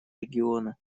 региона